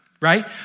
right